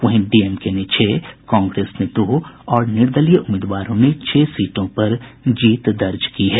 वहीं डीएमके ने छह कांग्रेस ने दो और निर्दलीय उम्मीदवारों ने छह सीटों पर जीत दर्ज की है